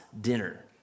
dinner